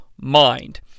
mind